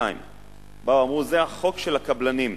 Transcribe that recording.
2. אמרו: זה החוק של הקבלנים.